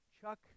Chuck